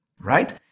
right